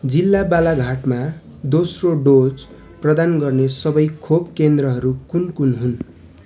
जिल्ला बालाघाटमा दोस्रो डोज प्रदान गर्ने सबै खोप केन्द्रहरू कुन कुन हुन्